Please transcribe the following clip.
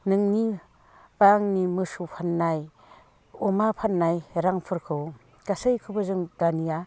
नोंनि बा आंनि मोसौ फाननाय अमा फाननाय रांफोरखौ गासैखौबो जों दानिया